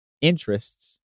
interests